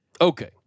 Okay